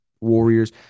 Warriors